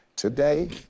Today